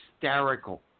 hysterical